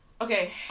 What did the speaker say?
okay